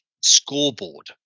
scoreboard